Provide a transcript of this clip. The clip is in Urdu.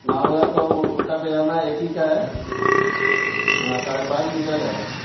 نہ ہوگا تو وہ کرتا پاجامہ ایک ہی کا ہے ہاں ساڑھے پانچ میٹر ہے